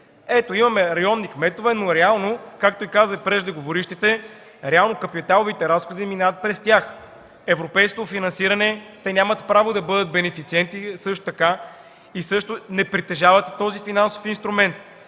Ето, имаме районни кметове, но реално, както казаха и преждеговорившите, реално капиталовите разходи минават през тях. В европейското финансиране те нямат право да бъдат бенефициенти и не притежават този финансов инструмент.